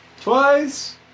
twice